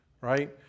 Right